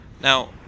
Now